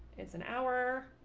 it's an hour.